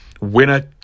Winner